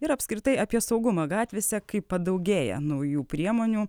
ir apskritai apie saugumą gatvėse kai padaugėja naujų priemonių